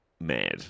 mad